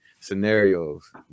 scenarios